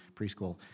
preschool